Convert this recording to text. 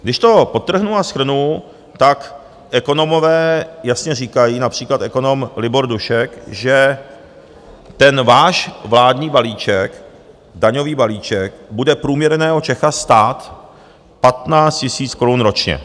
Když to podtrhnu a shrnu, tak ekonomové jasně říkají, například ekonom Libor Dušek, že ten váš vládní balíček daňový balíček, bude průměrného Čecha stát 15 000 korun ročně.